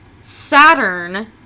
saturn